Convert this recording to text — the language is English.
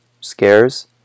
scares